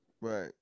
right